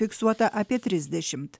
fiksuota apie trisdešimt